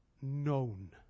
Known